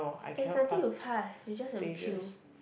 there's nothing to pass you just have to kill